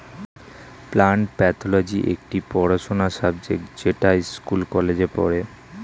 plant pathology একটি পড়াশোনার subject যেটা স্কুল কলেজে পড়ে